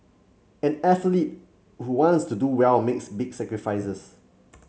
any athlete who wants to do well makes big sacrifices